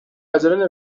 عجله